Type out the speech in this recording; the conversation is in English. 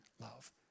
love